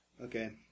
Okay